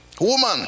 Woman